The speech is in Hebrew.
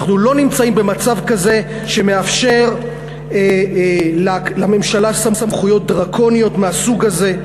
אנחנו לא נמצאים במצב כזה שמאפשר לממשלה סמכויות דרקוניות מהסוג הזה.